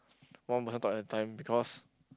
one person talk at a time because